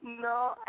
No